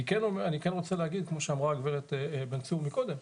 אני כן רוצה להגיד, כפי שאמרה הגברת בן צור קודם,